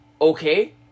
okay